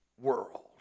world